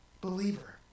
believer